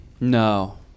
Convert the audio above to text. No